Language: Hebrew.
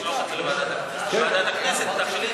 לשלוח את זה לוועדת הכנסת וועדת הכנסת תחליט,